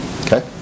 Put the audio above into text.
Okay